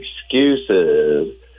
excuses